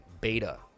beta